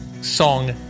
song